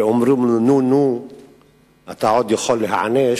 ואומרים לו: נו נו נו, אתה עוד יכול להיענש,